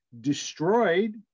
Destroyed